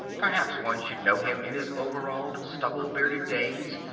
perhaps one should know him in his overalled, stubble-bearded days,